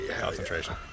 Concentration